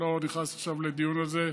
אני לא נכנס עכשיו לדיון על זה.